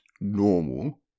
normal